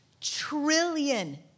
trillion